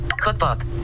cookbook